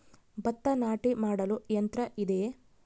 ಭತ್ತ ನಾಟಿ ಮಾಡಲು ಯಂತ್ರ ಇದೆಯೇ?